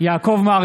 (קורא בשמות חברי הכנסת) יעקב מרגי,